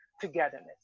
togetherness